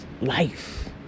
life